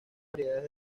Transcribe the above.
variedades